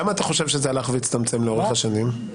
למה אתה חושב שזה הלך והצטמצם לאורך השנים?